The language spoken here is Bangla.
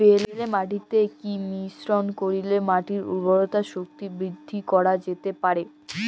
বেলে মাটিতে কি মিশ্রণ করিলে মাটির উর্বরতা শক্তি বৃদ্ধি করা যেতে পারে?